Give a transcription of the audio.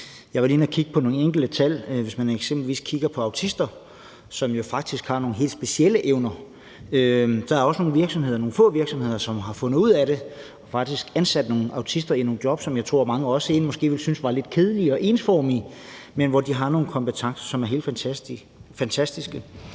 Jeg var lige inde at kigge på nogle enkelte tal for autister, som faktisk har nogle helt specielle evner, hvilket der også er nogle få virksomheder der har fundet ud af, og de har ansat nogle autister i nogle jobs, som jeg tror mange herinde måske ville synes var lidt kedelige og ensformige, men der kan autisterne bruge deres kompetencer, som er helt fantastiske.